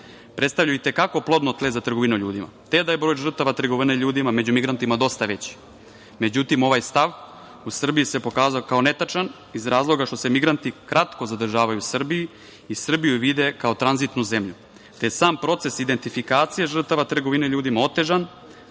predstavljaju i te kako plodno tle za trgovinu ljudima, te da je broj žrtava trgovine ljudima među migrantima dosta veći. Međutim, ovaj stav u Srbiji se pokazao kao netačan iz razloga što se migranti kratko zadržavaju u Srbiji i Srbiju vide kao tranzitnu zemlju, te je sam proces identifikacije žrtava trgovine ljudima otežan.